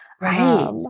right